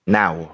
now